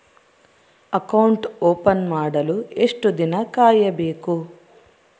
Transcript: Account open ಮಾಡಲು ಎಷ್ಟು ದಿನ ಕಾಯಬೇಕು?